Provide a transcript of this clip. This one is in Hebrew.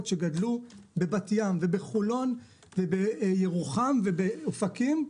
שגדלו בחולון ובבת ים ובירוחם ובאופקים,